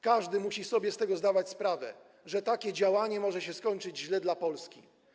Każdy musi sobie z tego zdawać sprawę, że takie działanie może się skończyć źle dla Polski.